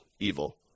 evil